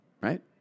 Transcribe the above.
right